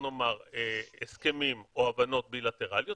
הסכמים או הבנות בי-לטראליות,